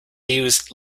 use